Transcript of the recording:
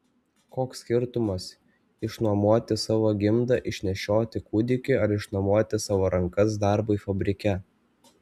koks skirtumas išnuomoti savo gimdą išnešioti kūdikiui ar išnuomoti savo rankas darbui fabrike